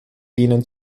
ihnen